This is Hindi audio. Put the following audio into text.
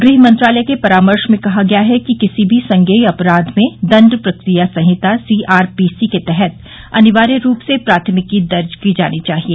गृह मंत्रालय के परामर्श में कहा गया है कि किसी भी संज्ञेय अपराध में दण्ड प्रक्रिया संहिता सीआरपीसी के तहत अनिवार्य रूप से प्राथमिकी दर्ज की जानी चाहिए